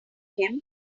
him